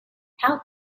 how